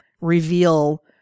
reveal